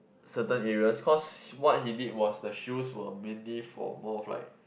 certain areas cause what he did was the shoes were mainly for more of like